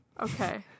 Okay